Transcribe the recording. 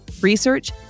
research